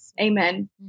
Amen